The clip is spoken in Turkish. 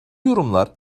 yorumlar